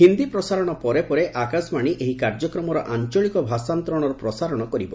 ହିନ୍ଦୀ ପ୍ରସାରଣ ପରେ ପରେ ଆକାଶବାଣୀ ଏହି କାର୍ଯ୍ୟକ୍ରମର ଆଞ୍ଚଳିକ ଭାଷାନ୍ତରଣର ପ୍ରସାରଣ କରିବ